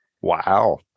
Wow